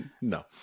no